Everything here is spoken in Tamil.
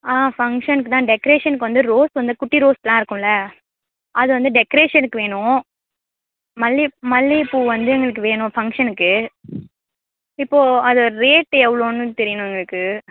ஃபங்க்ஷனுக்கு தான் டெக்ரேஷனுக்கு வந்து ரோஸ் அந்த குட்டி ரோஸெலாம் இருக்கும்ல அது வந்து டெக்ரேஷனுக்கு வேணும் மல்லிகைப் மல்லிகைப்பூ வந்து எங்களுக்கு வேணும் ஃபங்க்ஷனுக்கு இப்போது அது ரேட்டு எவ்வளோன்னு தெரியணும் எங்களுக்கு